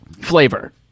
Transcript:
Flavor